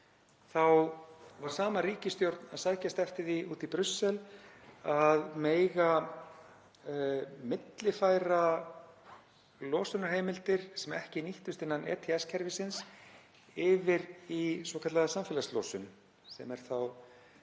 var sama ríkisstjórn að sækjast eftir því úti í Brussel að mega millifæra losunarheimildir sem ekki nýttust innan ETS-kerfisins yfir í svokallaða samfélagslosun sem er þá